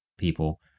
people